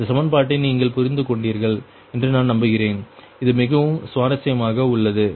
இந்த சமன்பாட்டை நீங்கள் புரிந்து கொண்டீர்கள் என்று நான் நம்புகிறேன் இது மிகவும் சுவாரஸ்யமாக உள்ளது